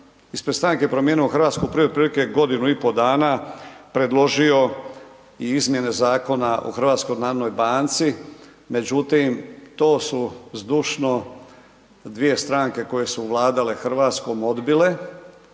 ispred stranke Promijenimo Hrvatsku prije otprilike 1,5 dana predložio i izmjene Zakona o HNB-u, međutim to su zdušno dvije stranke koje su vladale Hrvatskom odbile